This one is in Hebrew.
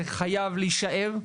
זה חייב להישאר,